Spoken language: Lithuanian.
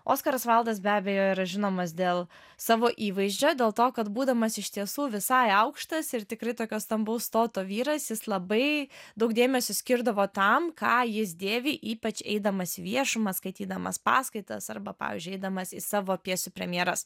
oskaras vaildas be abejo yra žinomas dėl savo įvaizdžio dėl to kad būdamas iš tiesų visai aukštas ir tikrai tokio stambaus stoto vyras jis labai daug dėmesio skirdavo tam ką jis dėvi ypač eidamas į viešumą skaitydamas paskaitas arba pavyzdžiui eidamas į savo pjesių premjeras